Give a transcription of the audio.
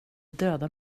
döda